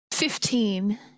Fifteen